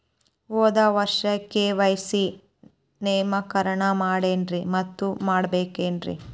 ಹೋದ ವರ್ಷ ಕೆ.ವೈ.ಸಿ ನವೇಕರಣ ಮಾಡೇನ್ರಿ ಮತ್ತ ಮಾಡ್ಬೇಕೇನ್ರಿ?